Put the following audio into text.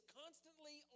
constantly